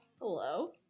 Hello